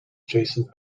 jason